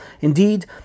Indeed